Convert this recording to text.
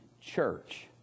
church